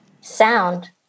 sound